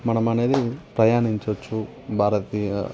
మనం అనేది ప్రయాణించవచ్చు భారతీయ